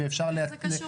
אין שום